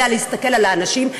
יודע להסתכל על האנשים,